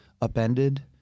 upended